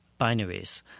binaries